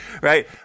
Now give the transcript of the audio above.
right